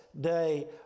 day